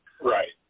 Right